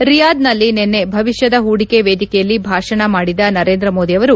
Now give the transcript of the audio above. ರಿಯಾದ್ನಲ್ಲಿ ನಿನ್ನೆ ಭವಿಷ್ಯದ ಹೂಡಿಕೆ ವೇದಿಕೆಯಲ್ಲಿ ಭಾಷಣ ಮಾಡಿದ ನರೇಂದ್ರ ಮೋದಿ ಅವರು